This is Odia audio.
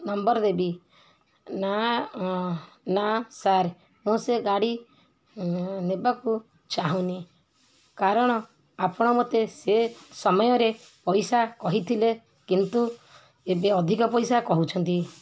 ନମ୍ବର ଦେବି ନା ନା ସାର୍ ମୁଁ ସେ ଗାଡ଼ି ନେବାକୁ ଚାହୁଁନି କାରଣ ଆପଣ ମୋତେ ସେ ସମୟରେ ପଇସା କହିଥିଲେ କିନ୍ତୁ ଏବେ ଅଧିକ ପଇସା କହୁଛନ୍ତି